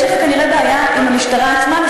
יש לך כנראה בעיה עם המשטרה עצמה,